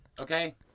okay